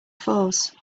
falls